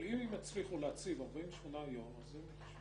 אבל אם הם יצליחו להציב 48 יום, אז הם ייחשבו.